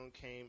came